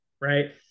right